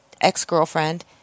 ex-girlfriend